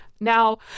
Now